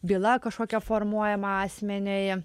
byla kažkokia formuojama asmeniui